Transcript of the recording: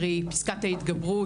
קרי: פסקת ההתגברות,